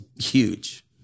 huge